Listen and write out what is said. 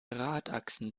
radachsen